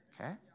Okay